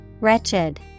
Wretched